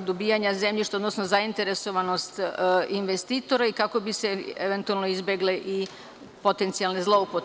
dobijanja zemljišta, odnosno zainteresovanost investitora i kako bi se eventualno izbegle i potencijalne zloupotrebe?